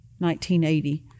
1980